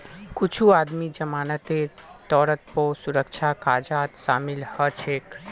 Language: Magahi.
कुछू आदमी जमानतेर तौरत पौ सुरक्षा कर्जत शामिल हछेक